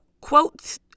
quote